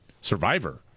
Survivor